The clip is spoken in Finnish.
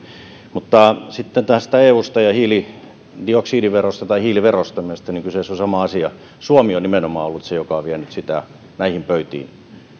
sitten eusta ja tästä hiilidioksidiverosta tai hiiliverosta mielestäni kyseessä on sama asia se että suomi on nimenomaan ollut se joka on vienyt sitä näihin pöytiin minä